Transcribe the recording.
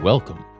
Welcome